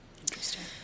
Interesting